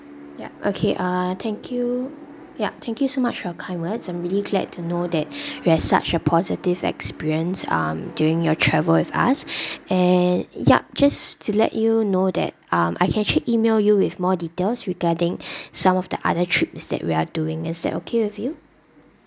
yea okay uh thank you yea thank you so much for your kind words and really glad to know that you've such a positive experience um during your travel with us and yup just to let you know that um I can actually email you with more details regarding some of the other trips which that we are doing is that okay with you